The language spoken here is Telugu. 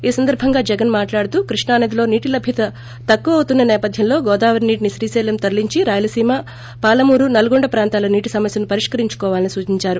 ఈ సందర్భంగా జగన్ మాట్లాడుతూ కృష్ణా నదిలో నీటి లభ్యత తక్కువవుతున్న సేపథ్యంలో గోదావరి నీటిని శ్రీకైలం తరలించి రాయలసీమ పాలమూరు నల్గొండ ప్రాంతాల నీటి సమస్యను పరిష్కరించుకోవాలని సూచించారు